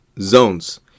zones